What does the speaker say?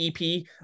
EP